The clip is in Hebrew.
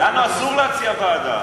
לנו אסור להציע ועדה,